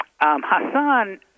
Hassan